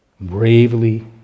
Bravely